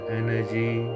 energy